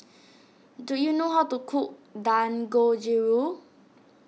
do you know how to cook Dangojiru